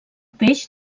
peix